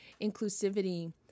inclusivity